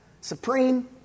supreme